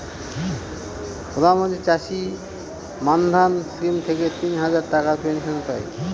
প্রধান মন্ত্রী চাষী মান্ধান স্কিম থেকে তিন হাজার টাকার পেনশন পাই